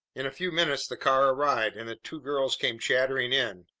in a few minutes the car arrived, and the two girls came chattering in,